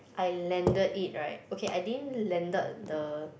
I landed it right okay I didn't landed the